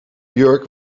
jurk